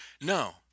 no